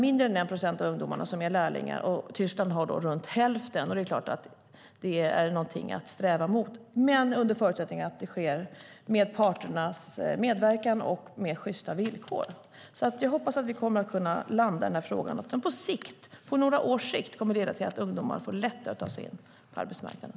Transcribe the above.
Mindre än 1 procent av våra ungdomar är lärlingar, men i Tyskland är hälften av ungdomarna lärlingar. Det är något att sträva mot, under förutsättning att det sker med parternas medverkan och på sjysta villkor. Jag hoppas att vi kommer att kunna landa i den här frågan och att ungdomarna på några års sikt får lättare att ta sig in på arbetsmarknaden.